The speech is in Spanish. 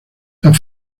las